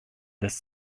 lässt